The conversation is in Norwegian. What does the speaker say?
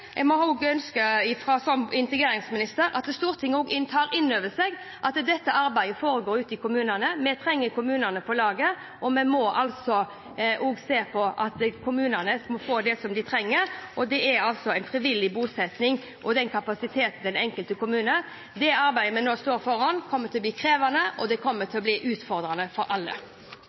at Stortinget tar inn over seg at dette arbeidet foregår ute i kommunene. Vi trenger kommunene med på laget, og kommunene må få det de trenger. Det er altså frivillig bosetting, og det handler om kapasiteten til den enkelte kommune. Det arbeidet vi nå står foran, kommer til å bli krevende, og det kommer